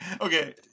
okay